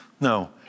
No